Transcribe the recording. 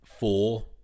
four